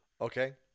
Okay